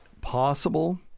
possible